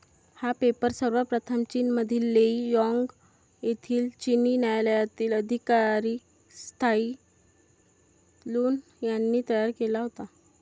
हा पेपर सर्वप्रथम चीनमधील लेई यांग येथील चिनी न्यायालयातील अधिकारी त्साई लुन यांनी तयार केला होता